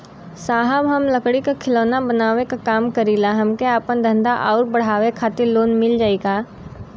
साहब हम लंगड़ी क खिलौना बनावे क काम करी ला हमके आपन धंधा अउर बढ़ावे के खातिर लोन मिल जाई का?